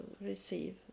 receive